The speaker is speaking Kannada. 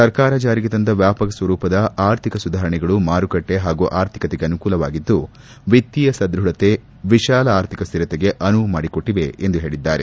ಸರ್ಕಾರ ಜಾರಿಗೆ ತಂದ ವ್ವಾಪಕ ಸ್ವರೂಪದ ಅರ್ಥಿಕ ಸುಧಾರಣೆಗಳು ಮಾರುಕಟ್ಟೆ ಹಾಗೂ ಆರ್ಥಿಕತೆಗೆ ಅನುಕೂಲವಾಗಿದ್ದು ವಿತ್ತೀಯ ಸದ್ಬಢತೆ ವಿಶಾಲ ಆರ್ಥಿಕ ಸ್ವಿರತೆಗೆ ಅನುವು ಮಾಡಿಕೊಟ್ಲದೆ ಎಂದು ಹೇಳಿದ್ದಾರೆ